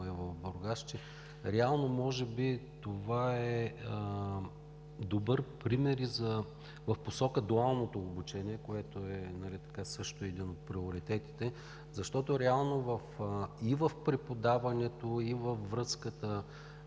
е в Бургас, че реално може би това е добър пример и в посока дуалното обучение, което също е един от приоритетите. Защото реално и в преподаването, и във връзката,